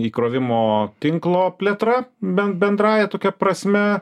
įkrovimo tinklo plėtra bent bendrąja tokia prasme